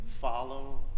follow